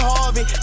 Harvey